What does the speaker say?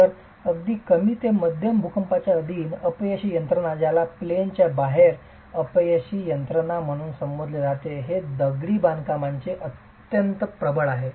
तर अगदी कमी ते मध्यम भूकंपांच्याही अधीन अपयशी यंत्रणा ज्याला प्लेन च्या बाहेर अपयशी यंत्रणा म्हणून संबोधले जाते हे दगडी बांधकामांमध्ये अत्यंत प्रबळ आहे